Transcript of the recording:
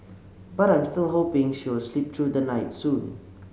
but I'm still hoping she will sleep through the night soon